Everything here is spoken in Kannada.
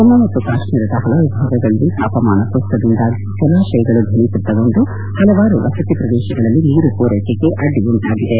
ಜಮ್ಮ ಮತ್ತು ಕಾಶ್ಮೀರದ ಹಲವು ಭಾಗಗಳಲ್ಲಿ ತಾಪಮಾನ ಕುಸಿತದಿಂದಾಗಿ ಜಲಾಶಯಗಳು ಫನೀಕೃತಗೊಂಡು ಹಲವಾರು ವಸತಿ ಪ್ರದೇಶಗಳಲ್ಲಿ ನೀರು ಪೂರ್ಟೆಕೆಗೆ ಅಡ್ಡಿಯುಂಟಾಗಿದೆ